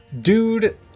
Dude